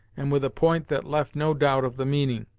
and with a point that left no doubt of the meaning.